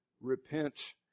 repent